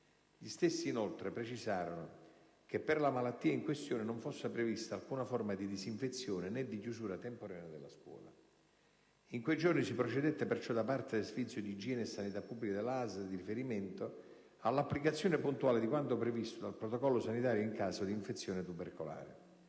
Gli stessi inoltre precisarono che, per la malattia in questione, non fosse prevista alcuna forma di disinfezione né di chiusura temporanea della scuola. In quei giorni si procedette perciò, da parte del servizio di igiene e sanità pubblica della ASL di riferimento, all'applicazione puntuale di quanto previsto dal protocollo sanitario in caso di infezione tubercolare.